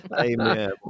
Amen